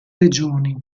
regioni